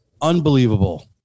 unbelievable